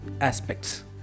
aspects